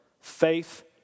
faith